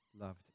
loved